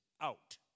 out